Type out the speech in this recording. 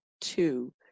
two